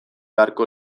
beharko